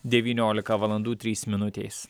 devyniolika valandų trys minutės